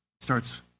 starts